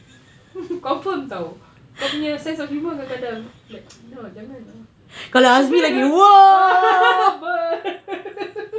confirm tau kau punya sense of humour kadang-kadang like no janganlah